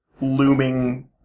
looming